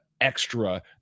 extra